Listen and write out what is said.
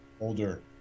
older